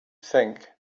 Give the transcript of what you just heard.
think